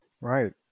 right